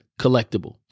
collectible